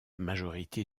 majorité